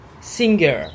Singer